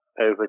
over